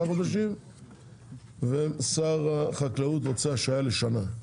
חודשים ושר החקלאות רוצה השהייה לשנה,